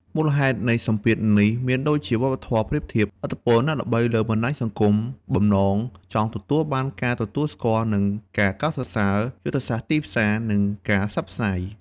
មូលហេតុនៃសម្ពាធនេះមានដូចជា វប្បធម៌ប្រៀបធៀប ឥទ្ធិពលអ្នកល្បីលើបណ្តាញសង្គម បំណងចង់ទទួលបានការទទួលស្គាល់និងការកោតសរសើរ យុទ្ធសាស្ត្រទីផ្សារ និងការផ្សព្វផ្សាយ ។